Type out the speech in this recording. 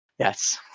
yes